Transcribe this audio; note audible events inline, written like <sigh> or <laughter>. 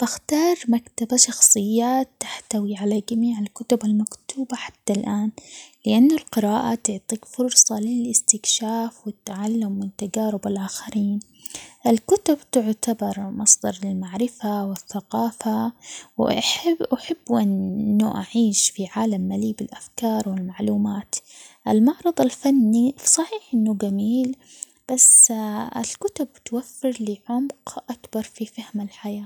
بختار مكتبة شخصية تحتوي على جميع الكتب المكتوبة حتى الآن، لأن القراءة تعطيك فرصة للاستكشاف والتعلم من تجارب الآخرين ،الكتب تعتبر مصدر للمعرفة ،والثقافة ،و-أحب- أحب أنه أعيش في عالم مليء بالأفكار ،والمعلومات ، المعرض الفني صحيح إنه جميل بس <hesitation> الكتب توفر لي عمق أكبر في فهم الحياة.